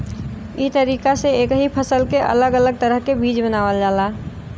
ई तरीका से एक ही फसल के अलग अलग तरह के बीज बनावल जाला